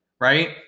right